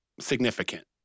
significant